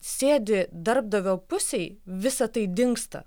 sėdi darbdavio pusėj visa tai dingsta